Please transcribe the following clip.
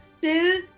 till